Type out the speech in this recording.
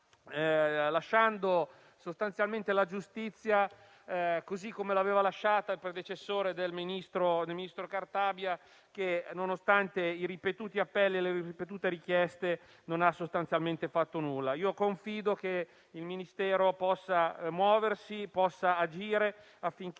lasciando sostanzialmente la giustizia così come l'aveva lasciata il predecessore del ministro Cartabia che, nonostante i ripetuti appelli e le ripetute richieste, non ha sostanzialmente fatto nulla. Confido che il Ministero possa muoversi e agire affinché